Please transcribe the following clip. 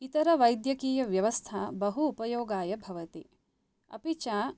इतरवैद्यकीयव्यवस्था बहु उपयोगाय भवति अपि च